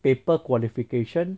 paper qualification